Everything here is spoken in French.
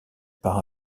par